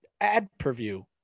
ad-per-view